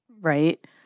right